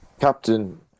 Captain